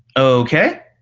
okay.